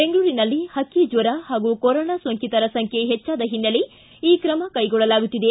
ಬೆಂಗಳೂರಿನಲ್ಲಿ ಹಕ್ಕಿ ಜ್ವರ ಹಾಗೂ ಕೊರೊನಾ ಸೋಂಕಿತರ ಸಂಬ್ದೆ ಹೆಚ್ಚಾದ ಹಿನ್ನೆಲೆ ಈ ಕ್ರಮ ಕೈಗೊಳ್ಳಲಾಗುತ್ತಿದೆ